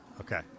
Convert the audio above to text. Okay